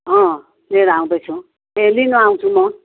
लिएर आउँदैछु ए लिन आउँछु म